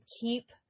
keep